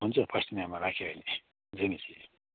हुन्छ पास्टरनी आमा राखेँ अहिले जय मसिह